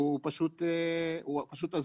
היא פשוט הזויה.